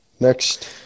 Next